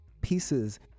pieces